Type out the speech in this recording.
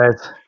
guys